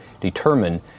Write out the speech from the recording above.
determine